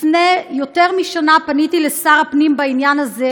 לפני יותר משנה פניתי אל שר הפנים בעניין הזה,